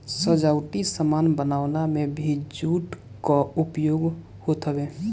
सजावटी सामान बनावे में भी जूट कअ उपयोग होत हवे